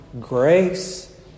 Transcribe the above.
grace